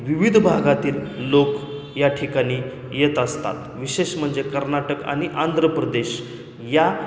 विविध भागातील लोक या ठिकाणी येत असतात विशेष म्हणजे कर्नाटक आणि आंध्रप्रदेश या